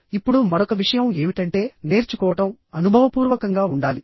ఇప్పుడు మరొక విషయం ఏమిటంటే నేర్చుకోవడం అనుభవపూర్వకంగా ఉండాలి